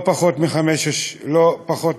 לא פחות מחמש שנים.